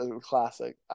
classic